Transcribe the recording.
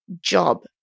job